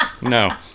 No